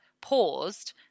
paused